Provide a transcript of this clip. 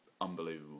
unbelievable